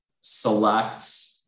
selects